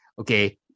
okay